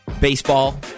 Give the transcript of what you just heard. baseball